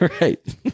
right